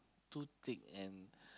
too thick and